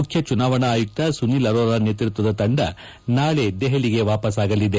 ಮುಖ್ಯ ಚುನಾವಣಾ ಆಯುಕ್ತ ಸುನೀಲ್ ಅರೋರಾ ನೇತೃತ್ವದ ತಂಡ ನಾಳೆ ದೆಹಲಿಗೆ ವಾಪಾಸ್ಸಾಗಲಿದೆ